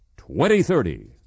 2030